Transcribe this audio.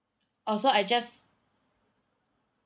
oh so I just